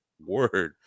word